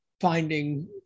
finding